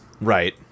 Right